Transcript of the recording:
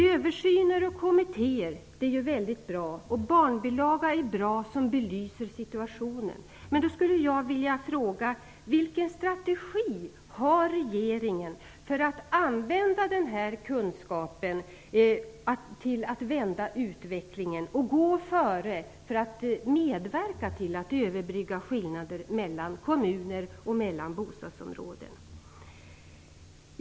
Översyner och kommittéer är väldigt bra, en barnbilaga som belyser situationen är bra, men jag skulle vilja fråga: Vilken strategi har regeringen för att använda den här kunskapen till att vända utvecklingen, till att gå före och medverka till att överbrygga skillnader mellan kommuner och mellan bostadsområden?